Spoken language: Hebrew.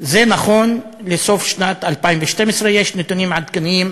זה נכון לסוף שנת 2012, יש נתונים עדכניים